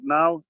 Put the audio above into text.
now